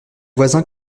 voisins